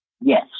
Yes